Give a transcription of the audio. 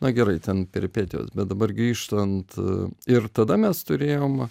na gerai ten peripetijos bet dabar grįžtant ir tada mes turėjom